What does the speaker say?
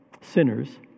Sinners